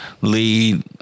lead